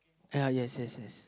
uh yes yes yes